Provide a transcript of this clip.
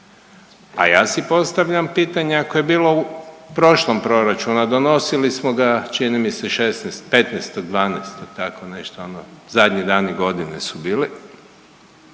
A ja si postavljam pitanje ako je bilo u prošlom proračunu, a donosili smo ga čini mi se 16., 15.12. tako nešto zadnji dani godine su bili,